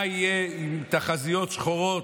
ומה יהיה, ותחזיות שחורות,